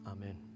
Amen